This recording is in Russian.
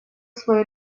свой